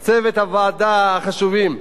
אנשי צוות הוועדה החשובים,